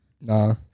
Nah